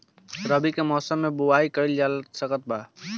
रवि के मौसम में का बोआई कईल जा सकत बा?